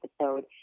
episode